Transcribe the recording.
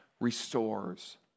restores